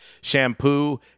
shampoo